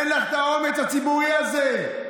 אין לך את האומץ הציבורי הזה,